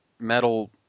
metal